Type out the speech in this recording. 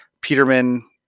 Peterman